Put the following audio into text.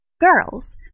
girls